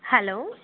hello